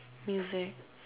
music